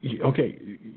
Okay